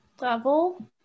level